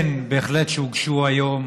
כן, בהחלט הוגשו היום